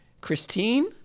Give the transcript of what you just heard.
Christine